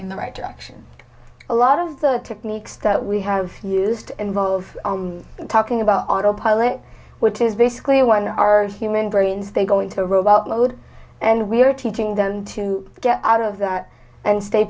in the right direction a lot of the techniques that we have used involve talking about autopilot which is basically when our human brains they go into robot mode and we are teaching them to get out of that and stay